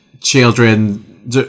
children